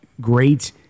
great